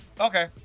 Okay